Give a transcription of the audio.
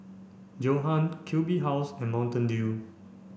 Johan Q B House and Mountain Dew